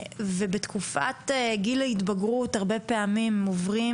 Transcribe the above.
ובתקופת גיל ההתבגרות הרבה פעמים הם עוברים